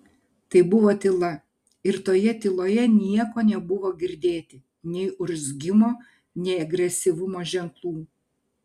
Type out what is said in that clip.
tai buvo tyla ir toje tyloje nieko nebuvo girdėti nei urzgimo nei agresyvumo ženklų